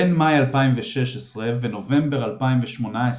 בין מאי 2016 ונובמבר 2018,